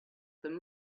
them